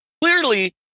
clearly